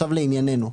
עכשיו לענייננו.